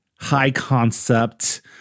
high-concept